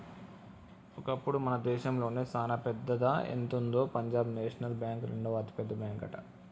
ఒకప్పుడు మన దేశంలోనే చానా పెద్దదా ఎంతుందో పంజాబ్ నేషనల్ బ్యాంక్ రెండవ అతిపెద్ద బ్యాంకట